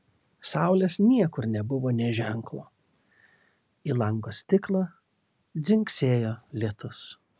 saulės niekur nebuvo nė ženklo į lango stiklą dzingsėjo lietus